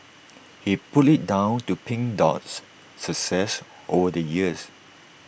he put IT down to pink Dot's success over the years